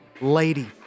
lady